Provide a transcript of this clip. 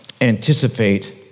anticipate